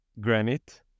granite